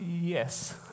yes